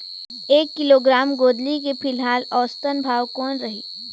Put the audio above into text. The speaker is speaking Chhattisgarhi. एक किलोग्राम गोंदली के फिलहाल औसतन भाव कौन रही?